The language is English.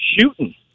shooting